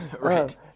Right